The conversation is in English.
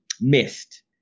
missed